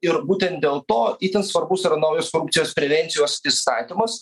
ir būtent dėl to itin svarbus yra naujas korupcijos prevencijos įstatymas